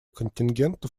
контингентов